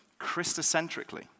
Christocentrically